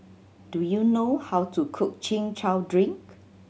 do you know how to cook Chin Chow drink